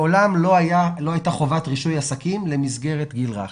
מעולם לא הייתה חובת רישוי עסקים למסגרת גיל רך